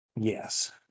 Yes